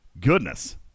goodness